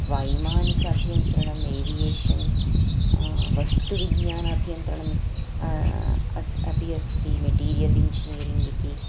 वैमानिकम् अभियन्त्रणम् एवियेशन् वस्तुविज्ञानभियन्त्रणम् अस्ति अस्ति अपि अस्ति मेटीरियल् इञ्जिनियरिङ्ग् इति